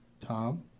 Tom